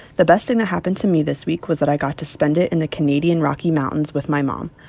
the best thing that happened to me this week was that i got to spend it in the canadian rocky mountains with my mom.